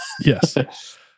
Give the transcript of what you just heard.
Yes